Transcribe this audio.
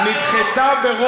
התקבלה מאוד.